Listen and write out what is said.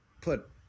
put